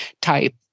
type